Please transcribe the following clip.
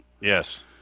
Yes